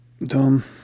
dumb